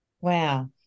Wow